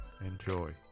Enjoy